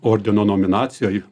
ordino nominacijoj